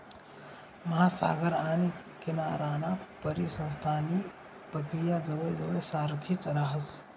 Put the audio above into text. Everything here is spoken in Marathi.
महासागर आणि किनाराना परिसंस्थांसनी प्रक्रिया जवयजवय सारखीच राहस